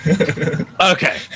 okay